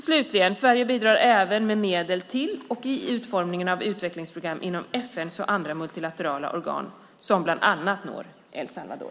Sverige bidrar slutligen även med medel till och i utformningen av utvecklingsprogram inom FN:s och andra multilaterala organ som bland annat når El Salvador.